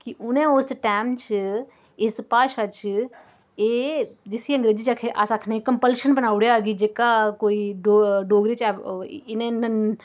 कि उनें ओस टैम च इस भाशा च एह् जिसी अंग्रेजी च अक्खने आं अस अक्खने आं कंपल्शन बनाई ओड़ेआ कि जेह्का कोई डोगरी च